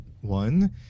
one